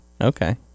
Okay